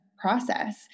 process